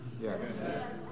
Yes